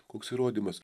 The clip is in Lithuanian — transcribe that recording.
koks įrodymas